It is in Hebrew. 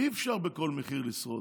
אי-אפשר בכל מחיר לשרוד.